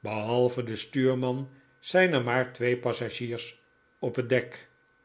behalve de stuurman zijn er maar twee passagiers op het dek